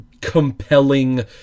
compelling